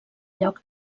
lloc